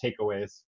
takeaways